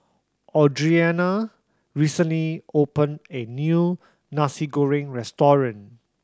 Audrianna recently opened a new Nasi Goreng restaurant